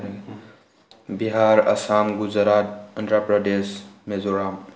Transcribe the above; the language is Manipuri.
ꯕꯤꯍꯥꯔ ꯑꯁꯥꯝ ꯒꯨꯖꯔꯥꯠ ꯑꯟꯗ꯭ꯔ ꯄ꯭ꯔꯗꯦꯁ ꯃꯦꯖꯣꯔꯥꯝ